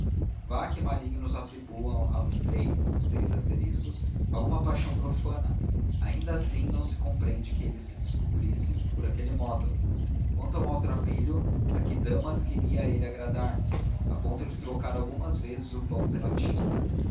que malignos atribuam a frei alguma paixão profana ainda assim não se compreende que ele se descobrisse por aquele modo quanto ao maltrapilho a que damas queria ele agradar a ponto de trocar algumas vezes o pão pela tinta